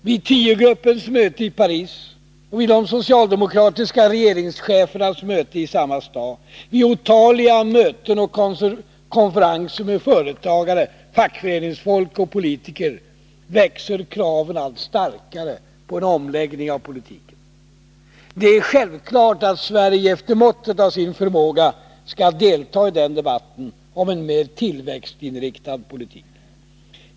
Vid tiogruppens möte i Paris och vid de socialdemokratiska regeringschefernas möte i samma stad, vid otaliga möten och konferenser med företagare, fackföreningsfolk och politiker, växer kraven allt starkare på en omläggning av politiken. Det är självklart att Sverige efter måttet av sin förmåga skall delta i den debatten, om en mer tillväxtinriktad politik.